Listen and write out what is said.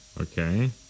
Okay